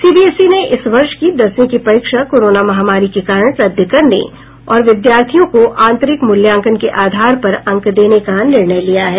CBSE ने इस वर्ष की दसवीं की परीक्षा कोरोना महामारी के कारण रद्द करने और विद्यार्थियों को आंतरिक मूल्यांकन के आधार पर अंक देने का निर्णय लिया है